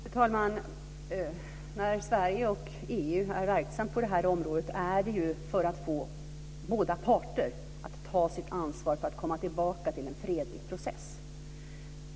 Fru talman! När Sverige och EU är verksamt på det här området är det ju för att få båda parter att ta sitt ansvar för att komma tillbaka till en fredlig process.